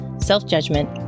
self-judgment